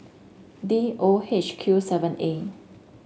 D O H Q seven A